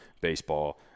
baseball